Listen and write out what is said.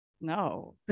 no